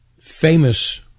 famous